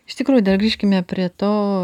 iš tikrųjų dar grįžkime prie to